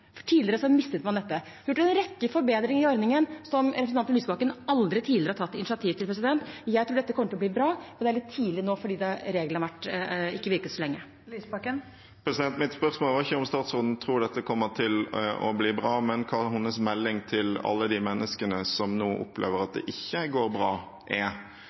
for tidligere mistet man dette. Vi har gjort en rekke forbedringer i ordningen som representanten Lysbakken aldri tidligere har tatt initiativ til. Jeg tror dette kommer til å bli bra, men det er litt tidlig nå fordi reglene ikke har virket så lenge. Det åpnes for oppfølgingsspørsmål – først Audun Lysbakken. Mitt spørsmål var ikke om statsråden tror dette kommer til å bli bra, men hva hennes melding til alle de menneskene som nå opplever at det ikke går bra, er.